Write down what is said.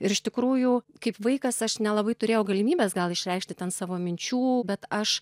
ir iš tikrųjų kaip vaikas aš nelabai turėjau galimybės gal išreikšti ten savo minčių bet aš